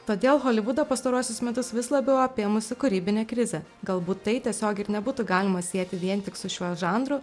todėl holivudą pastaruosius metus vis labiau apėmusi kūrybinė krizė galbūt tai tiesiogiai ir nebūtų galima sieti vien tik su šiuo žanru